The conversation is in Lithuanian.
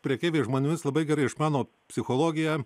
prekeiviai žmonėmis labai gerai išmano psichologiją